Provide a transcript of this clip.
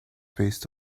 based